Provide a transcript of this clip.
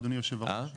אדוני היושב-ראש,